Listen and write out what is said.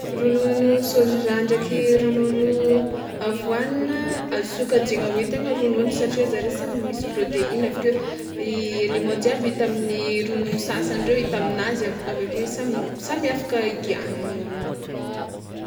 Ronono sôza ndraiky ronono avoanina azo sokajiana hoe tegna ronono satria zareo samy misy proteina aveke i element jiaby hita amin'ny ronono sasany reo hita aminazy avake samy samy afaka higiahan'ologno koa.